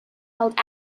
held